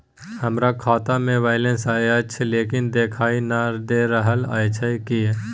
हमरा खाता में बैलेंस अएछ लेकिन देखाई नय दे रहल अएछ, किये?